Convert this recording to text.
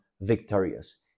victorious